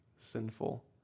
sinful